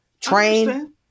train